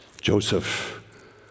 Joseph